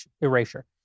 erasure